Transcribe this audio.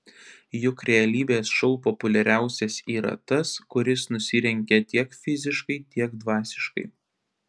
juk realybės šou populiariausias yra tas kuris nusirengia tiek fiziškai tiek dvasiškai